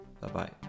Bye-bye